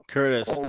Curtis